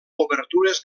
obertures